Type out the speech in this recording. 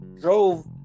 drove